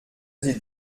sie